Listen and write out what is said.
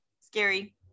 Scary